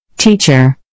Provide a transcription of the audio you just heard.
teacher